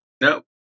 No